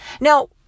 Now